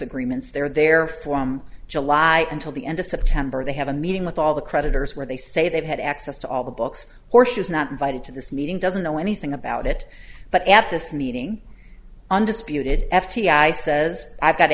agreements their their form july until the end of september they have a meeting with all the creditors where they say they've had access to all the books or she was not invited to this meeting doesn't know anything about it but at this meeting undisputed f b i says i've got